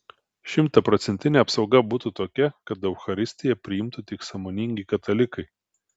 šimtaprocentinė apsauga būtų tokia kad eucharistiją priimtų tik sąmoningi katalikai